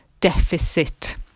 deficit